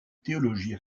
théologie